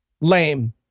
Lame